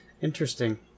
Interesting